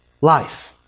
life